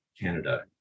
Canada